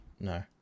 no